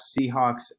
Seahawks